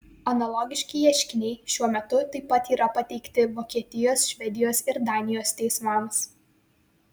analogiški ieškiniai šiuo metu taip pat yra pateikti vokietijos švedijos ir danijos teismams